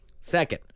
Second